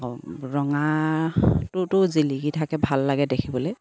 আকৌ ৰঙাটোতো জিলিকি থাকে ভাল লাগে দেখিবলৈ